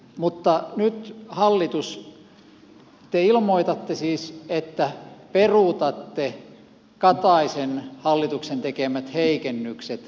mutta nyt hallitus te ilmoitatte siis että peruutatte kataisen hallituksen tekemät heikennykset kotimaiseen energiaan